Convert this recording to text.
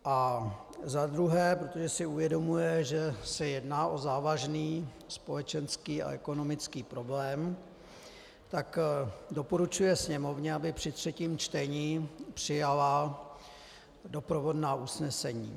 A za druhé, protože si uvědomuje, že se jedná o závažný společenský a ekonomický problém, tak doporučuje Sněmovně, aby při třetím třetí přijala doprovodná usnesení.